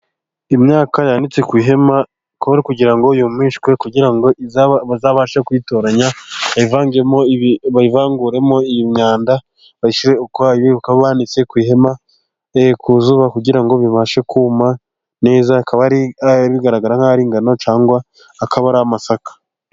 Imyaka yanitse ku ihema, kugira ngo yumishwe kugira ngo bazabashe kuyitoranya, bayivanguremo iyi myanda bayishyire ukwayo bakaba banitse ku ihema ku izuba, kugira ngo bibashe kuma neza, bikaba bigaragara nk'aho ari ingano cyangwa akaba ari amasaka.